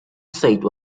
site